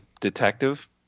Detective